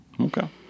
Okay